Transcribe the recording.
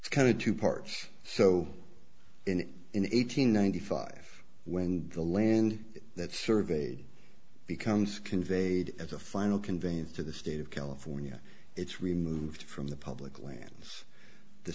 it's kind of two parts so in in eight hundred and ninety five when the land that surveyed becomes conveyed as a final conveyance to the state of california it's removed from the public lands the